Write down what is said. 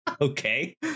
okay